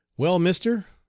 well, mister,